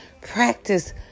practice